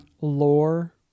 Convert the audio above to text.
lore